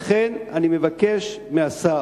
לכן אני מבקש מהשר